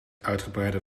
uitgebreide